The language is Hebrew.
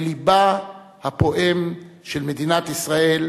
בלבה הפועם של מדינת ישראל,